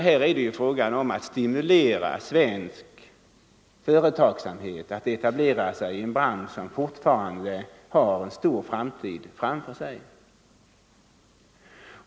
Här är det fråga om att stimulera svensk företagsamhet att etablera sig i en bransch som har en stor framtid.